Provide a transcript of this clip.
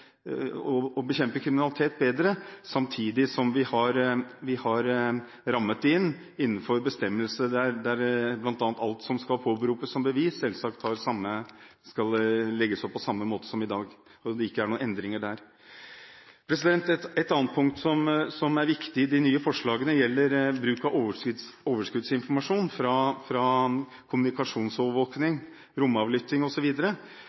å bekjempe kriminalitet bedre, samtidig som vi har rammet det inn innenfor bestemmelsene, der bl.a. alt som skal påberopes som bevis, selvsagt skal legges opp på samme måte som i dag. Det er ikke noen endringer der. Et annet punkt som er viktig i de nye forslagene, gjelder bruk av overskuddsinformasjon fra